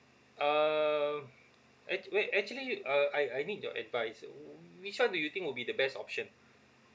um ac~ wait actually uh I I need your advice which one do you think would be the best option